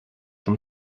them